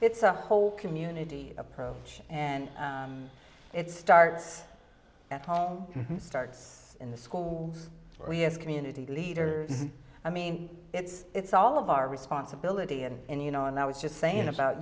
it's a whole community approach and it starts at home starts in the schools we as community leaders i mean it's it's all of our responsibility and you know and i was just saying about